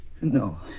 No